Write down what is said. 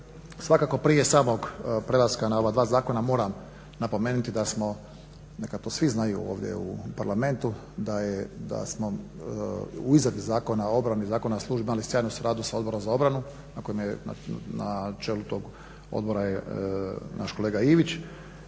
Svakako prije samog prelaska na ova dva zakona moram napomenuti da smo, neka to svi znaju ovdje u Parlamentu, da je, da smo u izradi Zakona o obrani, Zakona o službi, imali sjajnu suradnju sa Odborom za obranu, na kojem je, na čelu toga Odbora je naš kolega Ivić